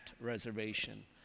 reservation